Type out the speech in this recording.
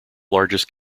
largest